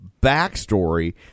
backstory